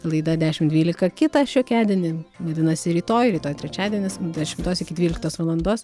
laida dešimt dvylika kitą šiokiadienį vadinasi rytoj rytoj trečiadienis nuo dešimtos iki dvyliktos valandos